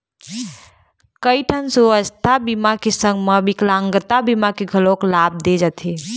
कइठन सुवास्थ बीमा के संग म बिकलांगता बीमा के घलोक लाभ दे जाथे